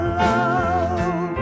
love